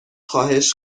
خواهش